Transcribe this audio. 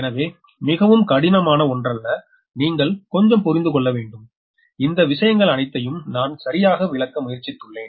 எனவே மிகவும் கடினமான ஒன்றல்ல நீங்கள் கொஞ்சம் புரிந்து கொள்ள வேண்டும் இந்த விஷயங்கள் அனைத்தையும் நான் சரியாக விளக்க முயற்சித்துள்ளேன்